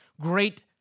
great